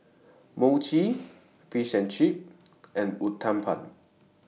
Mochi Fish and Chips and Uthapam